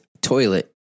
toilet